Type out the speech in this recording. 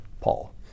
Paul